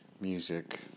Music